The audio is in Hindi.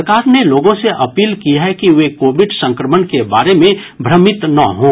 सरकार ने लोगों से अपील की है कि वे कोविड संक्रमण के बारे में भ्रमित न हों